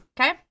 Okay